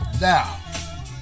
Now